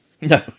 no